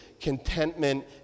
Contentment